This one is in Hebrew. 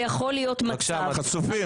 חצופים.